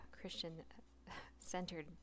Christian-centered